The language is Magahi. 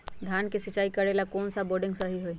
धान के सिचाई करे ला कौन सा बोर्डिंग सही होई?